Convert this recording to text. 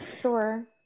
Sure